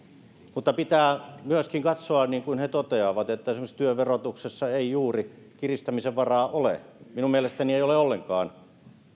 mutta pitää myöskin katsoa niin kuin he toteavat että esimerkiksi työn verotuksessa ei juuri kiristämisen varaa ole minun mielestäni ei ole ollenkaan